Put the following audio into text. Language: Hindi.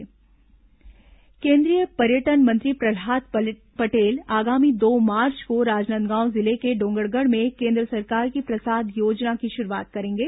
डोंगरगढ़ प्रसाद योजना केंद्रीय पर्यटन मंत्री प्रहलाद पटेल आगामी दो मार्च को राजनांदगांव जिले के डोंगरगढ़ में केन्द्र सरकार की प्रसाद योजना की शुरूआत करेंगे